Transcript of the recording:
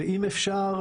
ואם אפשר